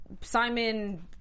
Simon